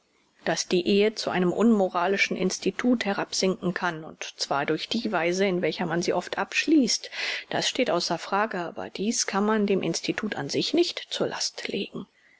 daß die ehe zu einem unmoralischen institut herabsinken kann und zwar durch die weise in welcher man sie oft abschließt das steht außer frage aber dies kann man dem institut an sich nicht zur last legen